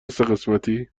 سهقسمتی